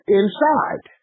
inside